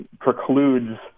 precludes